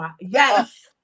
yes